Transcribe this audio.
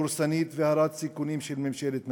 דורסנית והרת סיכונים של ממשלת נתניהו.